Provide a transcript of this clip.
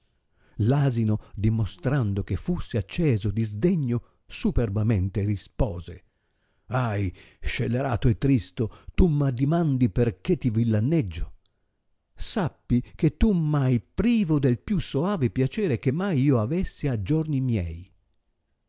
asino dimostrando che fusse acceso di sdegno superbamente rispose ahi scelerato e tristo tu m addimandi perchè ti villaneggio sappi che tu m hai privo del più soave piacere che mai io avesse a giorni miei